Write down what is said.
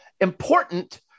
important